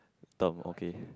term okay